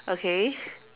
okay